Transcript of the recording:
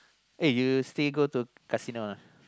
eh you still go to casino